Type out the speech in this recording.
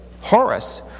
Horus